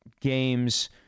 games